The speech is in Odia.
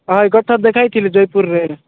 ହେଇ ଗୋଟେ ଥର ଦେଖେଇ ଥିଲି ଜୟପୁରରେ